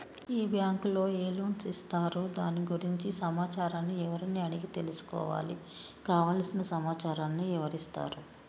ఈ బ్యాంకులో ఏ లోన్స్ ఇస్తారు దాని గురించి సమాచారాన్ని ఎవరిని అడిగి తెలుసుకోవాలి? కావలసిన సమాచారాన్ని ఎవరిస్తారు?